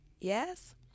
Yes